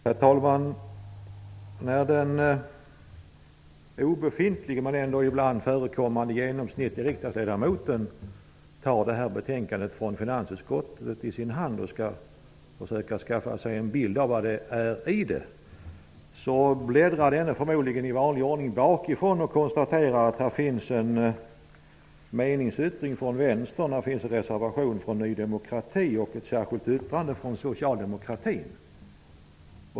Herr talman! När den obefintlige, men ibland förekommande, genomsnittlige riksdagsledamoten tar betänkandet från finansutskottet i sin hand och skall försöka skaffa sig en bild av innehållet, bläddrar denne förmodligen i vanlig ordning bakifrån. Han konstaterar att där finns en meningsyttring från Vänstern. Det finns en reservation från Ny demokrati och ett särskilt yttrande från Socialdemokraterna.